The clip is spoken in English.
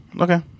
okay